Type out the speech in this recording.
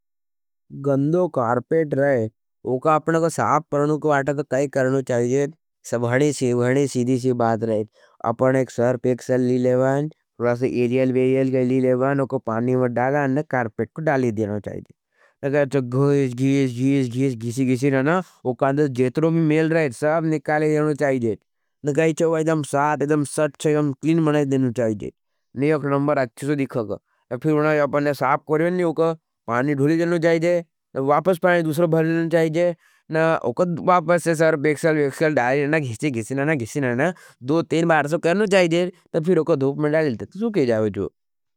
गंदों कार्पेट रहच, औ को अपने को साफ़ करना चाहिए। सीधी सी बात रहे थोड़ा सा सर्फ एक्सेल लेवे, थोड़ा सा एरियल वेरियल लेवे। फिर औ को पानी में डालके कारपेट को पानी में डालते, जब घेस घेस घेस होवा। औ का जितना भी मेल रहवेच सब निकाल देवे। ना छे बहुत साफ़ क्लीन व स्वच्छ बनायी जायच। ने एक नंबर अछे से दिखेगा, पूरा ना अपन साफ़ करे ओ का पानी डालना भूलो जायच। वापस पानी दूसरा भरना जायच, औ का वापस से घिसना घिसना जायच। दो तीन बार सूखा जायच, फिर ओ का धूप में डाले जायच।